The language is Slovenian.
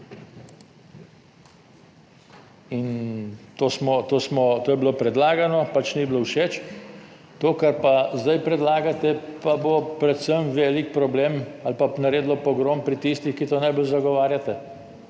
in to je bilo predlagano, pač ni bilo všeč. To kar pa zdaj predlagate, pa bo predvsem velik problem ali pa naredilo pogrom pri tistih, ki to najbolj zagovarjate.